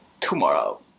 tomorrow